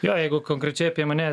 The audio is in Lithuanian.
jo jeigu konkrečiai apie mane